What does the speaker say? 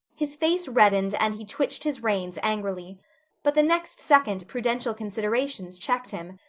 his face reddened and he twitched his reins angrily but the next second prudential considerations checked him.